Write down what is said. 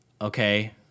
Okay